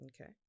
Okay